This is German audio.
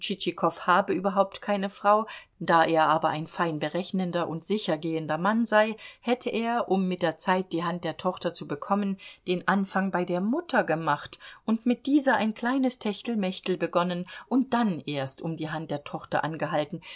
habe überhaupt keine frau da er aber ein fein berechnender und sicher gehender mann sei hätte er um mit der zeit die hand der tochter zu bekommen den anfang bei der mutter gemacht und mit dieser ein kleines techtelmechtel begonnen und dann erst um die hand der tochter angehalten